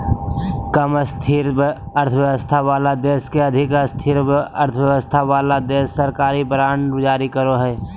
कम स्थिर अर्थव्यवस्था वाला देश के अधिक स्थिर अर्थव्यवस्था वाला देश सरकारी बांड जारी करो हय